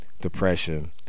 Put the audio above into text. depression